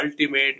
ultimate